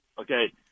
Okay